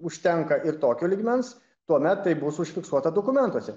užtenka ir tokio lygmens tuomet tai bus užfiksuota dokumentuose